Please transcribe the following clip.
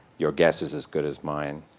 your guess is as good as mine.